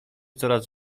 coraz